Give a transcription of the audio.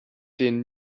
den